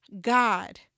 God